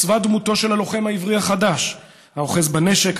עוצבה דמותו של הלוחם העברי החדש האוחז בנשק,